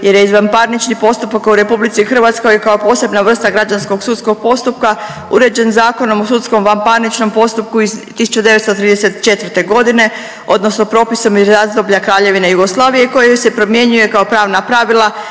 jer je izvanparničnih postupaka u RH kao posebna vrsta građanskog sudskog postupka uređen Zakonom o sudskom vanparničnom postupku iz 1934. godine odnosno propisom iz razdoblja Kraljevine Jugoslavije koji se primjenjuje kao pravna pravila